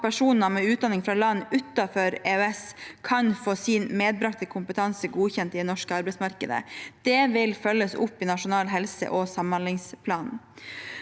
at personer med utdanning fra land utenfor EØS kan få sin medbrakte kompetanse godkjent i det norske arbeidsmarkedet. Det vil følges opp i Nasjonal helse- og samhandlingsplan.